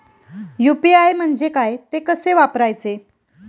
UPI म्हणजे काय, ते कसे वापरायचे?